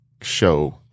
show